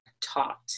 taught